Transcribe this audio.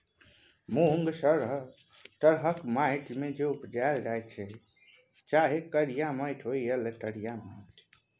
मुँग सब तरहक माटि मे उपजाएल जाइ छै चाहे करिया माटि होइ या लेटेराइट माटि